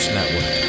Network